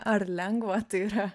ar lengva tai yra